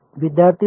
विद्यार्थी 0